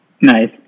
Nice